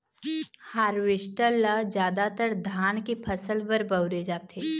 harvester ल जादातर धान के फसल बर बउरे जाथे